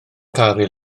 car